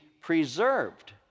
preserved